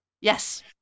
Yes